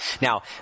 Now